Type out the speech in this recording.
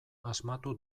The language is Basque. asmatu